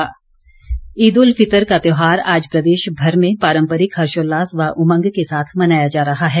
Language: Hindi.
ईद ईद उल फितर का त्यौहार आज प्रदेशभर में पारम्परिक हर्षोल्लास व उमंग के साथ मनाया जा रहा है